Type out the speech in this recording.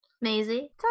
Maisie